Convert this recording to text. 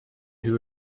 who